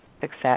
success